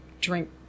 drink